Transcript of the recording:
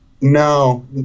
no